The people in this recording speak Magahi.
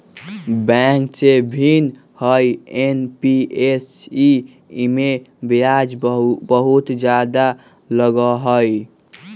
बैंक से भिन्न हई एन.बी.एफ.सी इमे ब्याज बहुत ज्यादा लगहई?